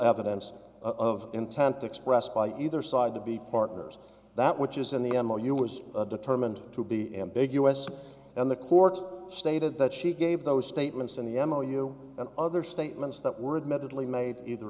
evidence of intent expressed by either side to be partners that which is in the m r u was determined to be ambiguous and the court stated that she gave those statements in the m l you and other statements that were admittedly made either